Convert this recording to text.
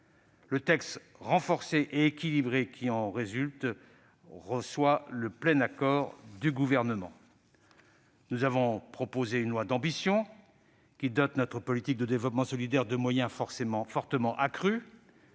Le texte renforcé et équilibré qui en résulte reçoit le plein accord du Gouvernement. Nous avons proposé un texte d'ambition qui dote notre politique de développement solidaire de moyens fortement accrus.